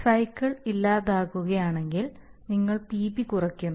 cycle ഇല്ലാതാകുകയാണെങ്കിൽ നിങ്ങൾ PB കുറയ്ക്കുന്നു